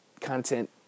content